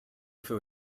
fait